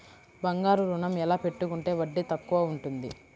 బంగారు ఋణం ఎలా పెట్టుకుంటే వడ్డీ తక్కువ ఉంటుంది?